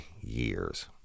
years